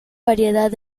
variedad